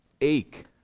ache